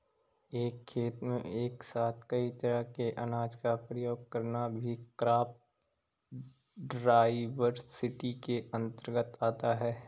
एक खेत में एक साथ कई तरह के अनाज का प्रयोग करना भी क्रॉप डाइवर्सिटी के अंतर्गत आता है